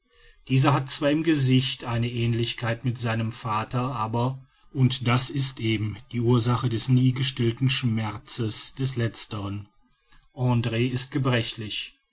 dieser hat zwar im gesicht einige aehnlichkeit mit seinem vater aber und das ist eben die ursache des nie gestillten schmerzes des letzteren andr ist gebrechlich